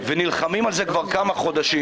נלחמים על זה כבר כמה חודשים,